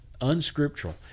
unscriptural